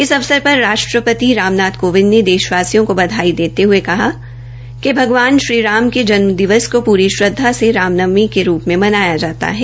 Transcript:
इस अवसर पर राष्ट्रपति रामनाथ कोविंद ने देशवासियों को बधाई देते हये कहा कि भगवान श्री राम के जन्म दिवस के पूरी श्रद्धा से रामनवमी के रूप में मनाया जाता है